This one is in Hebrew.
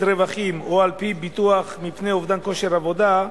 רווחים או על-פי ביטוח מפני אובדן כושר עבודה,